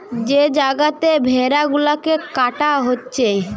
যে জাগাতে ভেড়া গুলাকে কাটা হচ্ছে